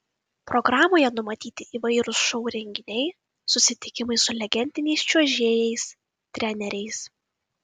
programoje numatyti įvairūs šou renginiai susitikimai su legendiniais čiuožėjais treneriais